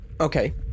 okay